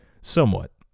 Somewhat